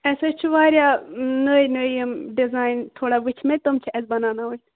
اَسہِ حظ چھِ واریاہ نٔے نٔے یِم ڈِزایِن تھوڑا وٕچھ مےٚ تِم چھِ اَسہِ بَناوناوٕنۍ